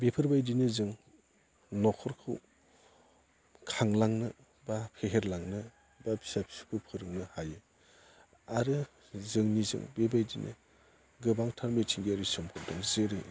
बेफोरबायदिनो जों न'खरखौ खांलांनो बा फेहेरलांनो बा फिसा फिसौखौ फोरोंनो हायो आरो जोंनिजों बेबायदिनो गोबांथार मिथिंगायारि सम्फद दं जेरै